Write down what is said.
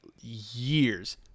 years